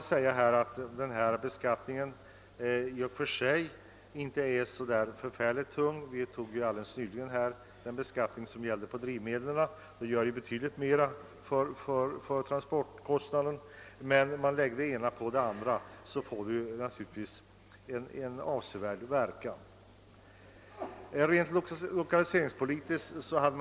I och för sig är kanske denna beskattning inte så tung att bära; den höjda beskattning på drivmedel som vi nyligen har beslutat påverkar transportkostnaderna betydligt mer. Men när den ena avgiften läggs till den andra blir verkan avsevärd.